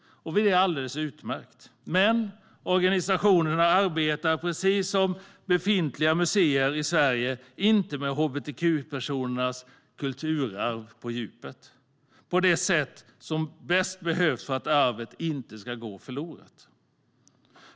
Det är alldeles utmärkt. Men precis som de befintliga museerna i Sverige arbetar organisationerna inte med hbtq-personers kulturarv på djupet och på det sätt som bäst behövs för att arvet inte ska gå förlorat.